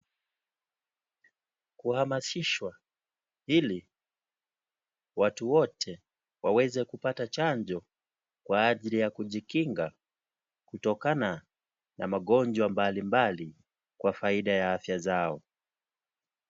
Kuhamasishwa ili watu wote waweze kupata chanjo kwa ajili ya kujikinga kutokana na magonjwa mbalimbali kwa faida ya afya zao.